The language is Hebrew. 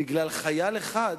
בגלל חייל אחד,